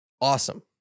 awesome